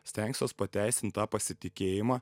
stengsiuos pateisint tą pasitikėjimą